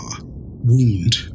wound